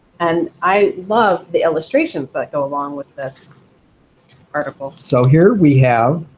and i love the illustrations that go along with this article. so here we have,